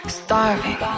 starving